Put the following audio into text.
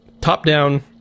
top-down